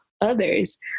others